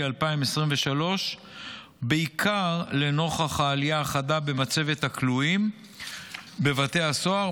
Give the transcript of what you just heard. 2023 בעיקר לנוכח העלייה החדה במצבת הכלואים בבתי הסוהר,